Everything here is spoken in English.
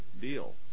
deal